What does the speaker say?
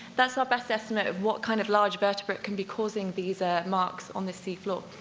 that's our best estimate of what kind of large vertebrate can be causing these ah marks on the seafloor.